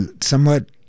somewhat